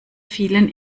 vielen